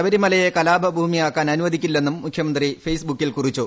ശബരിമലയെ കലാപഭൂമിയാക്കാൻ അനുവദിക്കില്ലെന്നും മുഖ്യമന്ത്രി ഫെയ്സ് ബുക്കിൽ കുറിച്ചു